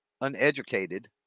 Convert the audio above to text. uneducated